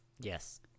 Yes